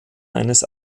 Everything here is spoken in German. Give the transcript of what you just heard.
eines